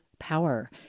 power